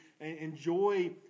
enjoy